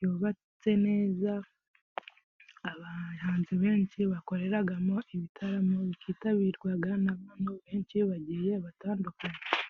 yubatse neza, abahanzi benshi bakoreragamo ibitaramo byitabirwaga n'abantu benshi ,bagiye batandukanye.